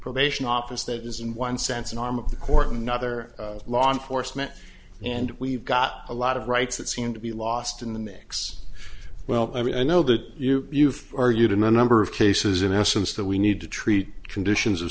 probation office that is in one sense an arm of the court another law enforcement and we've got a lot of rights that seem to be lost in the mix well i mean i know that you you've argued in a number of cases in essence that we need to treat conditions of